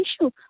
issue